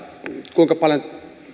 kuinka paljon